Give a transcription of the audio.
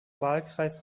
wahlkreis